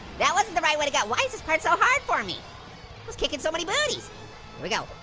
that wasn't the right way to go. why is this part so hard for me? i was kicking so many booty. here we go.